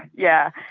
yeah.